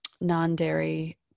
non-dairy